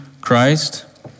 Christ